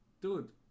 Dude